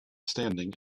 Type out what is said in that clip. standing